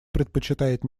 предпочитает